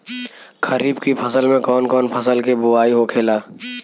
खरीफ की फसल में कौन कौन फसल के बोवाई होखेला?